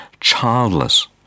childless